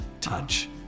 touch